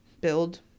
build